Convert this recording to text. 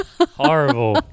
Horrible